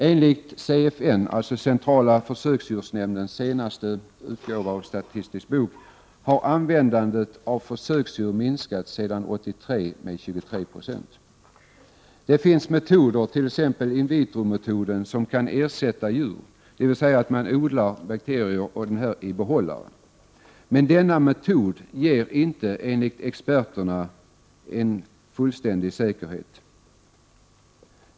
Enligt CFN:s, centrala försökdjursnämndens, senaste utgåva av statistik har användandet av försöksdjur minskat med 23 20 sedan 1983. Det finns metoder som t.ex. in vitro-metoden som kan ersätta djur. Metoden innebär att man odlar bakterier i behållare. Denna metod ger dock enligt experterna inte ett fullständigt säkert resultat.